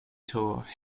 tour